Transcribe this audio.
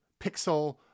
Pixel